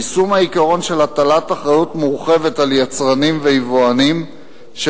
יישום העיקרון של הטלת אחריות מורחבת על יצרנים ויבואנים של